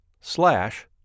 slash